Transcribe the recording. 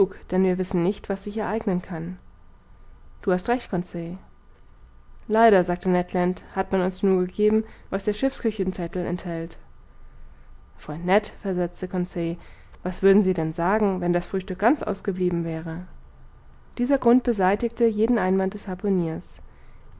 denn wir wissen nicht was sich ereignen kann du hast recht conseil leider sagte ned land hat man uns nur gegeben was der schiffsküchenzettel enthält freund ned versetzte conseil was würden sie denn sagen wenn das frühstück ganz ausgeblieben wäre dieser grund beseitigte jeden einwand des